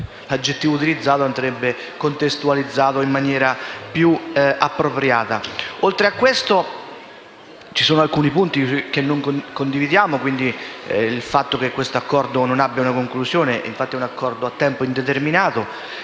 l'aggettivo utilizzato andrebbe contestualizzato in maniera più appropriata. Inoltre, ci sono alcuni punti che non condividiamo, ad esempio il fatto che l'accordo non abbia una conclusione, cioè che sia a tempo indeterminato,